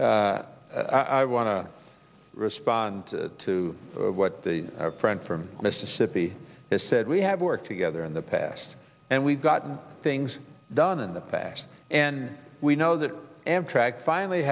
i want to respond to what the friend from mississippi has said we have worked together in the past and we've gotten things done in the past and we know that amtrak finally